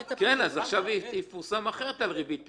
עכשיו יפורסם אחרת על ריבית פיגורים,